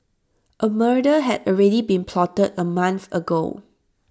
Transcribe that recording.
A murder had already been plotted A month ago